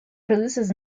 produces